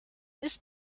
ist